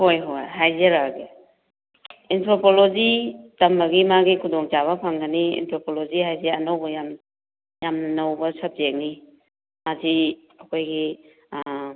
ꯍꯣꯏ ꯍꯣꯏ ꯍꯥꯏꯖꯔꯛꯑꯒꯦ ꯑꯦꯟꯊ꯭ꯔꯣꯄꯣꯂꯣꯖꯤ ꯇꯝꯕꯒꯤ ꯃꯥꯒꯤ ꯈꯨꯗꯣꯡꯆꯥꯕ ꯐꯪꯒꯅꯤ ꯑꯦꯟꯊ꯭ꯔꯣꯄꯣꯂꯣꯖꯤ ꯍꯥꯏꯗꯤ ꯑꯅꯧꯕ ꯌꯥꯝ ꯌꯥꯝꯅ ꯅꯧꯕ ꯁꯕꯖꯦꯛꯅꯤ ꯃꯁꯤ ꯑꯩꯈꯣꯏꯒꯤ